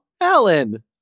Alan